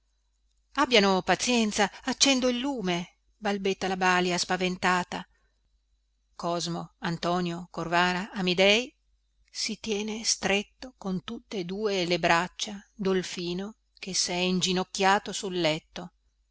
abbiano pazienza accendo il lume balbetta la balia spaventata cosmo antonio corvara amidei si tiene stretto con tutte e due le braccia dolfino che sè inginocchiato sul letto